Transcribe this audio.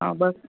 हा बसि